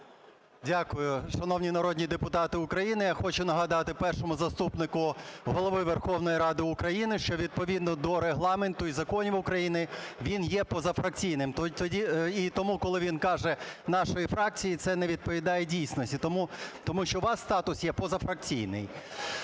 Дякую. Шановні народні депутати України, я хочу нагадати Першому заступнику Голови Верховної Ради України, що відповідно до Регламенту і законів України він є позафракційним, і тому, коли він каже "нашої фракції", це не відповідає дійсності, тому що у вас статус є позафракційний.